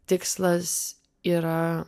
tikslas yra